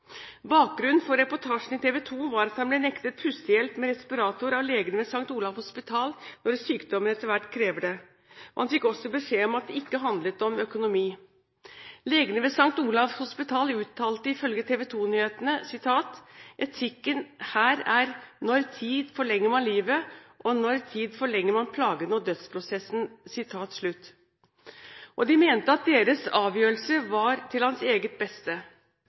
Bakgrunnen for reportasjene i TV 2 var at han ble nektet pustehjelp med respirator av legene ved St. Olavs Hospital når sykdommen etter hvert krever det, og han fikk også beskjed om at det ikke handlet om økonomi. Legene ved St. Olavs Hospital uttalte ifølge TV 2-nyhetene – og jeg siterer: «Etikken her er det når tid forlenger man livet og livskvaliteten og når tid forlenger man plagene og dødsprosessen.» De mente at deres avgjørelse var til hans eget beste.